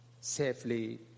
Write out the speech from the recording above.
safely